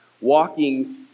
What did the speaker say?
Walking